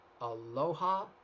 Aloha